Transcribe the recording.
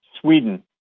Sweden